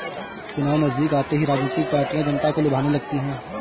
चुनाव नजदीक आते ही राजनीतिक पार्टियां जनता को लुभाने लगती है